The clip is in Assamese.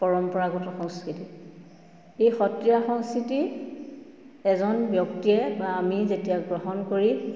পৰম্পৰাগত সংস্কৃতি এই সত্ৰীয়া সংস্কৃতি এজন ব্যক্তিয়ে বা আমি যেতিয়া গ্ৰহণ কৰি